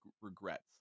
regrets